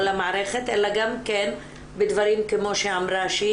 המערכת אלא גם כן בדברים כמו שאמרה ש',